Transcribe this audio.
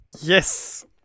Yes